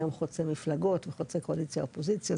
גם חוצה מפלגות וחוצה קואליציה אופוזיציה,